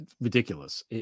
ridiculous